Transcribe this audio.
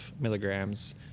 milligrams